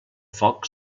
foc